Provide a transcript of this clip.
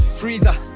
freezer